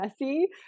messy